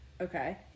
Okay